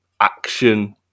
action